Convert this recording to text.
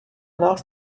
nás